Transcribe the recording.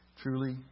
Truly